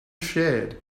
shared